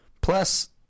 Plus